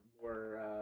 more